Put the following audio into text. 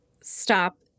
stop